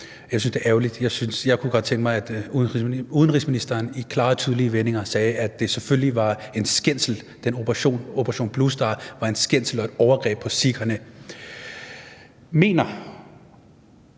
med, synes jeg, det er ærgerligt; jeg kunne godt tænke mig, at udenrigsministeren i klare og tydelige vendinger sagde, at det selvfølgelig var en skændsel, altså at den »Operation Blue Star« var en skændsel og et overgreb på sikherne. Mener